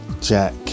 Jack